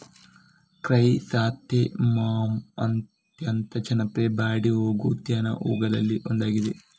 chrysanthemums ಅತ್ಯಂತ ಜನಪ್ರಿಯ ಬಾಡಿ ಹೋಗುವ ಉದ್ಯಾನ ಹೂವುಗಳಲ್ಲಿ ಒಂದಾಗಿದೆ